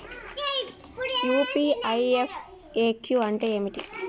UPI FAQ అంటే ఏమిటి?